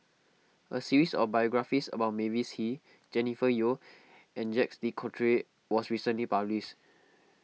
a series of biographies about Mavis Hee Jennifer Yeo and Jacques De Coutre was recently published